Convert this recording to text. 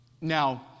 Now